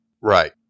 Right